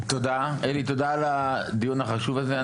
אלי, תודה על הדיון החשוב הזה.